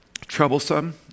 troublesome